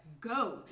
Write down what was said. Go